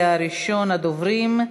ראשון הדוברים,